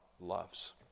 loves